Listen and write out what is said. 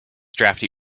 drafty